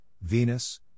Venus